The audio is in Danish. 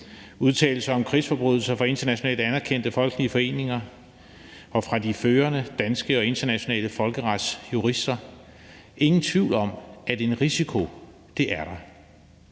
udtalelser om krigsforbrydelser fra internationalt anerkendte folkelige foreninger og fra de førende danske og internationale folkeretsjurister ingen tvivl om, at der er en